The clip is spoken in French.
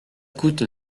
coûte